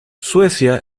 suecia